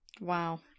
Wow